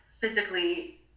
physically